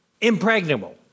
impregnable